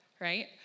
Right